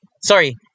sorry